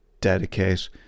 dedicate